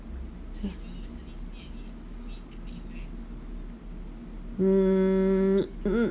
hmm mm